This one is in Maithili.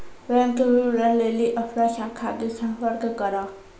बैंक विबरण लेली अपनो शाखा से संपर्क करो